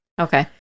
Okay